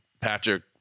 Patrick